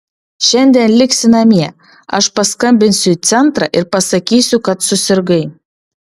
šiandien liksi namie aš paskambinsiu į centrą ir pasakysiu kad susirgai